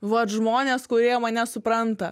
vat žmonės kurie mane supranta